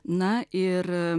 na ir